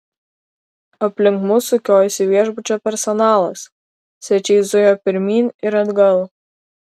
aplink mus sukiojosi viešbučio personalas svečiai zujo pirmyn ir atgal